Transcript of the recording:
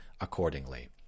accordingly